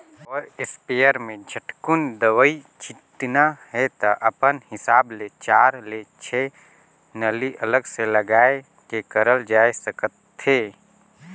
power sprayer में झटकुन दवई छिटना हे त अपन हिसाब ले चार ले छै नली अलग से लगाये के करल जाए सकथे